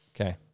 Okay